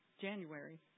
January